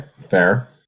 fair